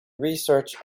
research